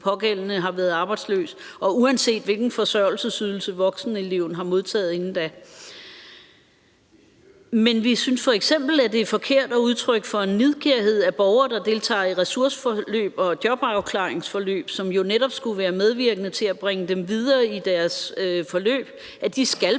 pågældende har været arbejdsløs, og uanset hvilken forsørgelsesydelse vokseneleven har modtaget inden da. Men vi synes f.eks., det er forkert og udtryk for nidkærhed, at borgere, der deltager i ressourceforløb og jobafklaringsforløb, som jo netop skulle være medvirkende til at bringe dem videre i deres forløb, skal booke